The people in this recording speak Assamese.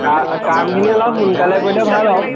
কামখিনি অলপ সোনকালে কৰিলে ভাল আৰু